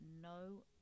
no